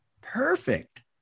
Perfect